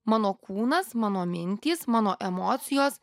mano kūnas mano mintys mano emocijos